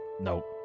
nope